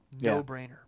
No-brainer